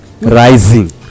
rising